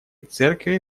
церкви